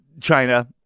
China